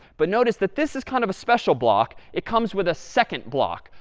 but notice that this is kind of a special block. it comes with a second block,